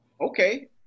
Okay